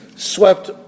Swept